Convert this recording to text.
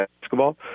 basketball